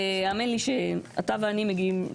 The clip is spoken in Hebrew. האמן לי שאתה ואני מגיעים,